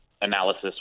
analysis